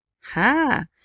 Ha